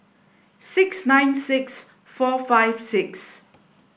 six nine six four five six